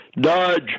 Dodge